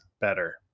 better